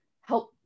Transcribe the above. help